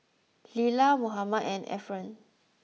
Lila Mohammad and Efren